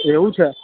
એવું છે